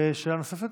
שאלה נוספת?